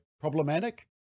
problematic